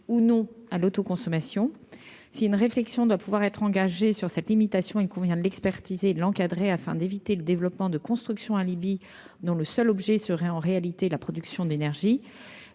ou non à l'auto-consommation si une réflexion doit pouvoir être engagée sur cette limitation, il convient d'expertiser l'encadré afin d'éviter le développement de construction Libye dont le seul objet serait en réalité la production d'énergie